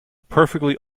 perfectly